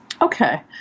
Okay